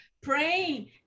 praying